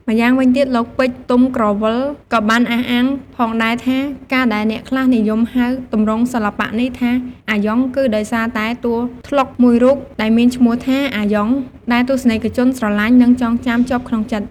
ម្យ៉ាងវិញទៀត លោក ពេជ្រ ទុំក្រវ៉ិល ក៏បានអះអាងផងដែរថា ការដែលអ្នកខ្លះនិយមហៅទម្រង់សិល្បៈនេះថា “អាយ៉ង” គឺដោយសារតែតួត្លុកមួយរូបដែលមានឈ្មោះថា “អាយ៉ង” ដែលទស្សនិកជនស្រឡាញ់ និងចងចាំជាប់ក្នុងចិត្ត ។